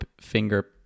finger